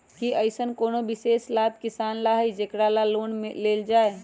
कि अईसन कोनो विशेष लाभ किसान ला हई जेकरा ला लोन लेल जाए?